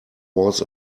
was